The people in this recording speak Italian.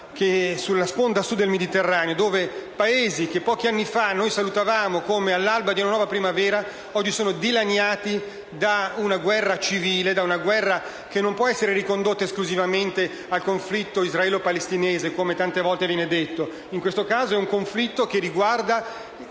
nella sponda Sud del Mediterraneo. Paesi che pochi anni fa salutavamo come all'alba di una nuova primavera sono oggi dilaniati dalla guerra civile, da una guerra che non può essere ricondotta esclusivamente al conflitto israelo-palestinese, come tante volte viene detto. In questo caso è un conflitto che riguarda